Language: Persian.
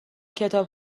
کتاب